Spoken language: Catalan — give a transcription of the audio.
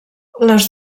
les